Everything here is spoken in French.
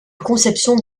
conception